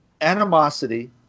animosity